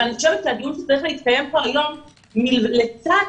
אבל אני חושבת שהדיון שצריך להתקיים פה היום זה שלצד